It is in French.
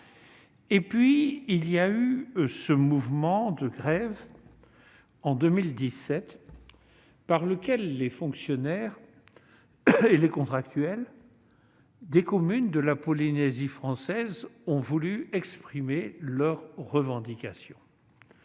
en 2017, il y a eu ce mouvement de grève par lequel les fonctionnaires et contractuels des communes de Polynésie française ont voulu exprimer leurs revendications.